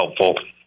helpful